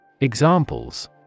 Examples